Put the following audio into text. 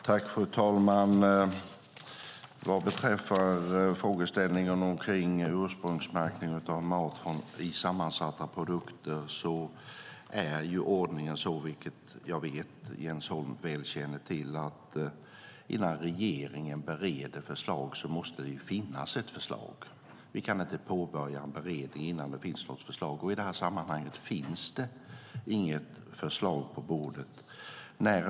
Fru talman! Vad beträffar frågeställningen omkring ursprungsmärkning av mat i sammansatta produkter är ordningen så, vilket jag vet att Jens Holm väl känner till, att innan regeringen bereder förslag måste det finnas ett förslag. Vi kan inte påbörja en beredning innan det finns något förslag. Och i det här sammanhanget finns det inget förslag på bordet.